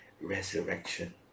resurrection